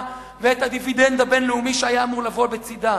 ואת הדיבידנד הבין-לאומי שהיה אמור לבוא בצדה.